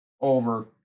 Over